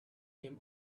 came